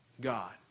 God